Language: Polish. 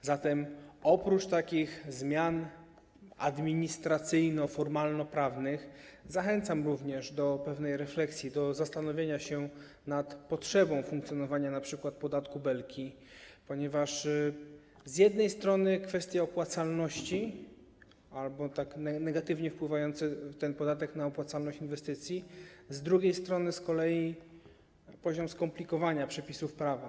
A zatem oprócz takich zmian administracyjno-formalnoprawnych zachęcam również do pewnej refleksji, do zastanowienia się nad potrzebą funkcjonowania np. podatku Belki, ponieważ z jednej strony kwestia opłacalności, ten podatek tak negatywnie wpływający na opłacalność inwestycji, z kolei z drugiej strony poziom skomplikowania przepisów prawa.